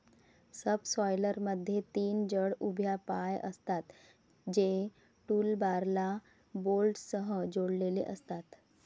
सबसॉयलरमध्ये तीन जड उभ्या पाय असतात, जे टूलबारला बोल्टसह जोडलेले असतात